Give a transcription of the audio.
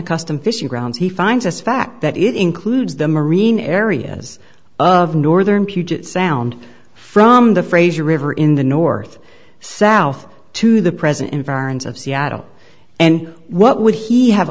a custom fishing grounds he finds us fact that it includes the marine areas of northern puget sound from the fraser river in the north south to the present environs of seattle and what would he have